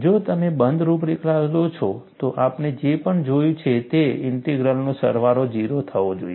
જો તમે બંધ રૂપરેખા લો છો તો આપણે જે પણ જોયું છે તે ઇન્ટિગ્રલનો સરવાળો 0 થવો જોઈએ